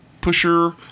pusher